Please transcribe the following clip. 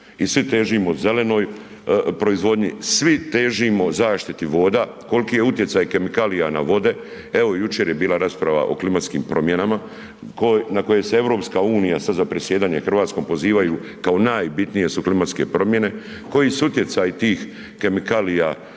i svi težimo zelenoj proizvodnji, svi težimo zaštiti voda. Kolki je utjecaj kemikalija na vode? Evo jučer je bila rasprava o klimatskim promjenama na koje se EU sad za predsjedanje RH pozivaju kao najbitnije su klimatske promjene. Koji su utjecaji tih kemikalija